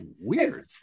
weird